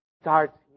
starts